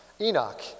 Enoch